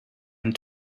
and